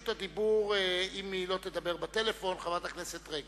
רשות הדיבור לחברת הכנסת רגב,